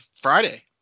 Friday